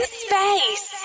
space